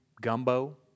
gumbo